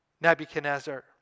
Nebuchadnezzar